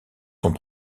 sont